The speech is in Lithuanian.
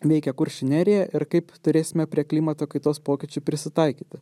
veikia kuršių neriją ir kaip turėsime prie klimato kaitos pokyčių prisitaikyti